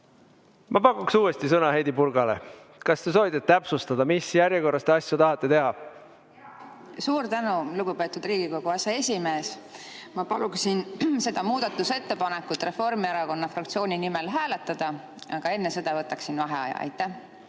Ma pakuks uuesti sõna Heidy Purgale. Kas te soovite täpsustada, mis järjekorras te asju tahate teha? Suur tänu, lugupeetud Riigikogu aseesimees! Ma paluksin seda muudatusettepanekut Reformierakonna fraktsiooni nimel hääletada, aga enne seda võtaksin vaheaja. Suur